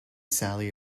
sally